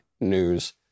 news